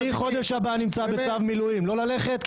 רמטכ"ל שקורא לסירוב לגיוס, זה לא לרדת מהפסים?